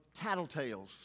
tattletales